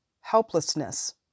helplessness